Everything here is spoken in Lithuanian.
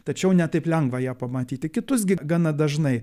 tačiau ne taip lengva ją pamatyti kitus gi gana dažnai